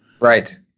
Right